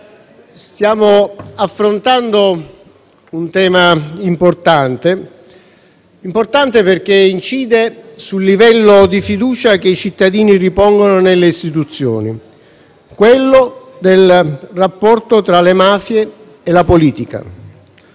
stiamo affrontando un tema importante che incide sul livello di fiducia che i cittadini ripongono nelle istituzioni, e cioè quello del rapporto tra le mafie e la politica,